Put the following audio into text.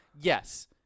yes